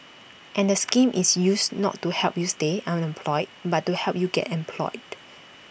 and the scheme is used not to help you stay unemployed but to help you get employed